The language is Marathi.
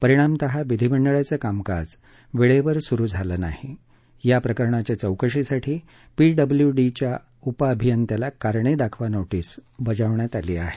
परिणामतः विधीमंडळाचं कामकाज वेळेवर सुरू झालं नाही या प्रकरणाच्या चौकशीसाठी पीडब्ल्यूडीच्या उपअभियंत्याला कारणे दाखवा नोटीस बजावण्यात आली आहे